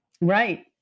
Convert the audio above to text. Right